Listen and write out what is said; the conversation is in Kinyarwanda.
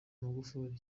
magufuli